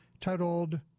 titled